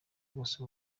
bwose